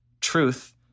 truth